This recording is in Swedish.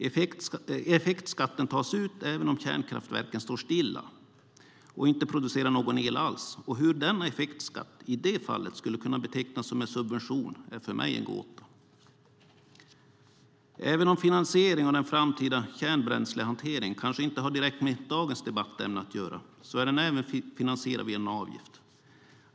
Effektskatten tas ut även om kärnkraftverken står stilla och inte producerar någon el alls. Hur denna effektskatt i det fallet skulle kunna betecknas som en subvention är för mig en gåta. Även om finansieringen av den framtida kärnbränslehanteringen kanske inte har direkt med dagens debattämne att göra så är den finansierad via en avgift.